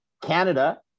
Canada